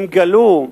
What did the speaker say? הם גלו,